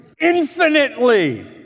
infinitely